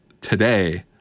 today